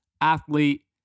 athlete